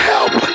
Help